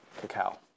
cacao